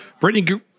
Brittany